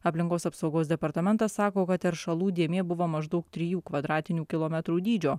aplinkos apsaugos departamentas sako kad teršalų dėmė buvo maždaug trijų kvadratinių kilometrų dydžio